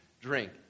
drink